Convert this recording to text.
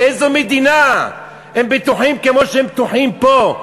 באיזו מדינה הם בטוחים כמו שהם בטוחים פה?